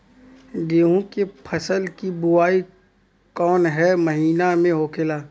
गेहूँ के फसल की बुवाई कौन हैं महीना में होखेला?